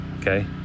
okay